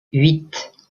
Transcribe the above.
huit